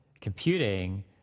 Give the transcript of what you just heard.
computing